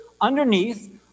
underneath